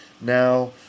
Now